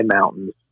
mountains